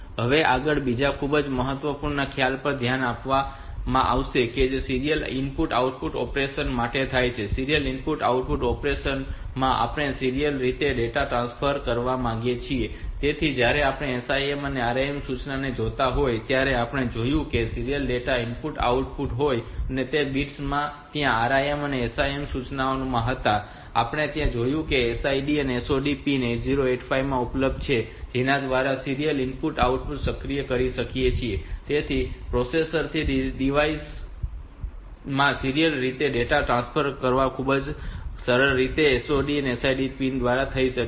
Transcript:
હવે આગળ બીજા ખૂબ જ મહત્વપૂર્ણ ખ્યાલ પર ધ્યાન આપવામાં આવશે જે સીરીયલ ઇનપુટ આઉટપુટ ઓપરેશન માટે છે સીરીયલ ઇનપુટ આઉટપુટ ઓપરેશન માં આપણે સીરીયલ રીતે ડેટા ટ્રાન્સફર કરવા માંગીએ છીએ તેથી જયારે આપણે SIM અને RIM સૂચનાને જોતા હતા ત્યારે આપણે જોયું છે કે ત્યાં સીરીયલ ડેટા ઇનપુટ અને આઉટપુટ હોય છે અને તે બિટ્સ ત્યાં RIM અને SIM સૂચનાઓમાં હતા અને આપણે એ પણ જોયું છે કે SID અને SOD પિન 8085 માં ઉપલબ્ધ છે જેના દ્વારા આ સીરીયલ ઇનપુટ ને સક્રિય કરી શકાય છે તેથી પ્રોસેસર થી ડીવાઈસ માં સીરીયલ રીતે ડેટા ટ્રાન્સફર કરવાની ખૂબ જ સરળ રીત આ SID SOD પિન દ્વારા હોઈ શકે છે